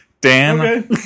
Dan